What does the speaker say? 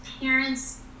parents